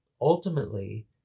ultimately